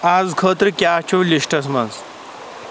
اَز خٲطرٕ کیٛاہ چھُ لِسٹَس منٛز